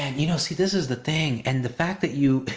and you know see this is the thing and the fact that you.